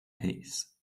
peace